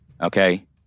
okay